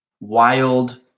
wild